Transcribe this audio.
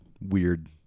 Weird